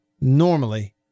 normally